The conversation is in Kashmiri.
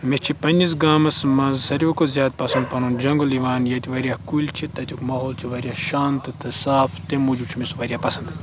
مےٚ چھِ پنٛنِس گامَس منٛز ساروٕے کھۄتہٕ زیادٕ پَسنٛد پَنُن جنٛگُل یِوان ییٚتہِ واریاہ کُلۍ چھِ تَتیُک ماحول چھُ واریاہ شانتہٕ تہٕ صاف تمہِ موٗجُب چھُ مےٚ سُہ واریاہ پَسنٛد